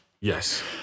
Yes